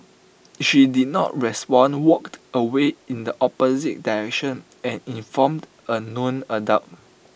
she did not respond walked away in the opposite direction and informed A known adult